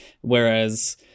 Whereas